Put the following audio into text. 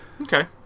Okay